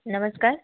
नमस्कार